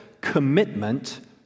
commitment